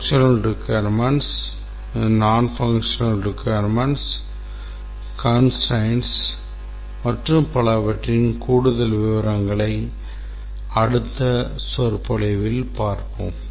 செயல்பாட்டு தேவைகள் செயல்படாத தேவைகள் கட்டுப்பாடுகள் மற்றும் பலவற்றின் கூடுதல் விவரங்களை அடுத்த சொற்பொழிவில் பார்ப்போம்